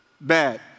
bad